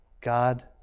God